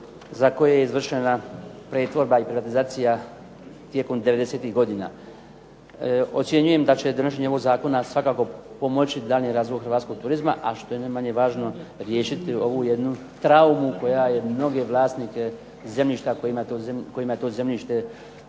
za koje je izvršena pretvorba i privatizacija tijekom 90-tih godina. Ocjenjujem da će donošenje ovog Zakona svakako pomoći daljnji razvoj Hrvatskog turizma a što je najmanje važno riješiti ovu jednu traumu koja je mnoge vlasnike zemljišta kojima je to zemljište